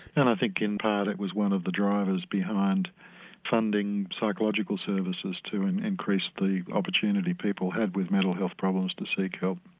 and i think in part it was one of the drivers behind funding psychological services to increase the opportunity people have with mental health problems to seek help.